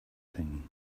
thing